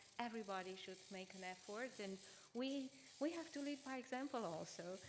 everybody should make an effort. and we we have to lead by example, also.